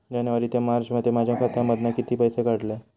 जानेवारी ते मार्चमध्ये माझ्या खात्यामधना किती पैसे काढलय?